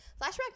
flashback